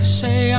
say